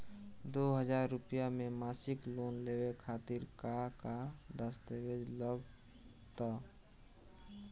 दो हज़ार रुपया के मासिक लोन लेवे खातिर का का दस्तावेजऽ लग त?